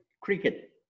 cricket